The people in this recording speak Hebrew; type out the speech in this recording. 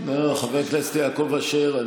חבר הכנסת יעקב אשר,